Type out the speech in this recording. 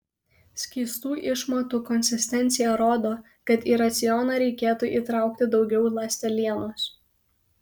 skystų išmatų konsistencija rodo kad į racioną reikėtų įtraukti daugiau ląstelienos